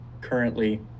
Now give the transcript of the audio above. currently